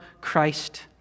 Christ